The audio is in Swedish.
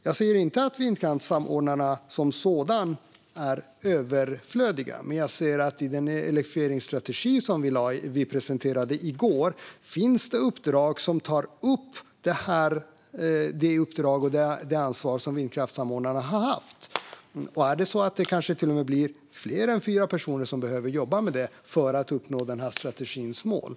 Jag säger inte att samordnarna som sådana är överflödiga, men jag ser att det i den elektrifieringsstrategi som vi presenterade i går finns uppdrag som tar upp det uppdrag och det ansvar som vindkraftssamordnarna har haft. Det kanske till och med blir fler än fyra personer som behöver jobba med det för att vi ska uppnå strategins mål.